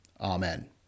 Amen